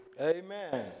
Amen